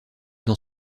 dans